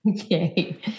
okay